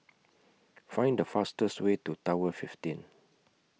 Find The fastest Way to Tower fifteen